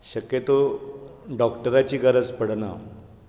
शक्यतो डाँक्टराची गरज पडना